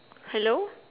hello